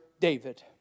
David